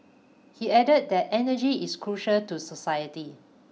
he added that energy is crucial to society